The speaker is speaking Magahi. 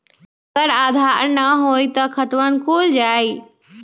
अगर आधार न होई त खातवन खुल जाई?